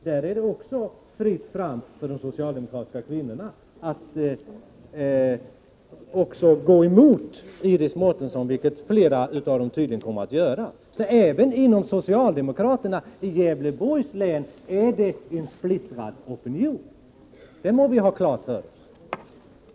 Där är det också fritt fram för de socialdemokratiska kvinnorna att gå emot Iris Mårtensson, vilket flera av dem tydligen kommer att göra. Även inom socialdemokratin i Gävleborgs län är det en splittrad opinion — det må vi ha klart för oss.